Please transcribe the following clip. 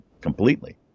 completely